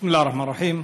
בסם אללה א-רחמאן א-רחים.